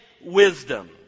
wisdom